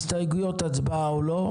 הסתייגויות הצבעה או לא,